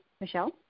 Michelle